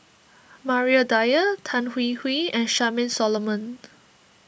Maria Dyer Tan Hwee Hwee and Charmaine Solomon